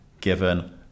given